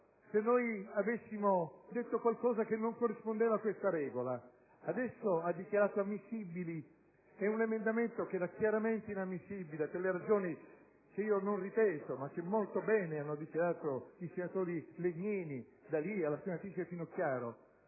se noi avessimo detto qualcosa che non corrispondeva a quella regola. Adesso ha dichiarato ammissibile un emendamento che era chiaramente inammissibile, per ragioni che non ripeto e che molto bene hanno esposto i senatori Legnini e D'Alia e la senatrice Finocchiaro.